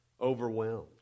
overwhelmed